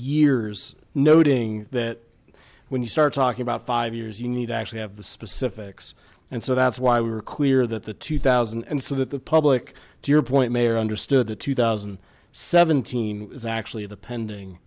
years noting that when you start talking about five years you need to actually have the specifics and so that's why we were clear that the two thousand and so that the public to your point may or understood the two thousand and seventeen is actually the pending